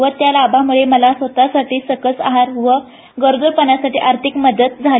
व त्या लाभामुळे मला स्वतः साठी सकस आहार व गरोदरपणासाठी आर्थिक मदत झाली